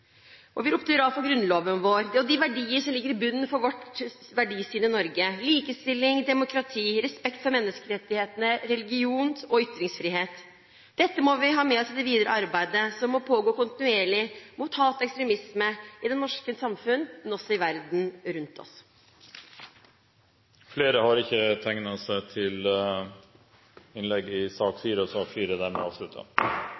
Vi ropte hurra for Grunnloven vår og de verdier som ligger i bunnen for vårt verdisyn i Norge, likestilling, demokrati, respekt for menneskerettighetene, religions- og ytringsfrihet. Dette må vi ha med oss i det videre arbeidet som må pågå kontinuerlig mot hat og ekstremisme i det norske samfunnet, men også i verden rundt oss. Flere har ikke bedt om ordet i sak